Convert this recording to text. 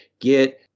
Get